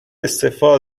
استعفا